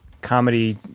comedy